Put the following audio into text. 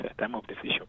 time-of-decision